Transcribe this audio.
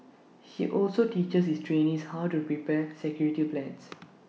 he also teaches his trainees how to prepare security plans